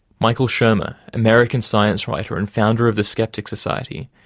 michael shermer, american science writer and founder of the skeptics society,